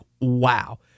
wow